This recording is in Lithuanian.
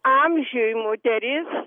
amžiuj moteris